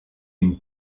une